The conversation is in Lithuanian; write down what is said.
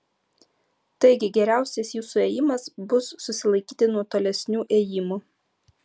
taigi geriausias jūsų ėjimas bus susilaikyti nuo tolesnių ėjimų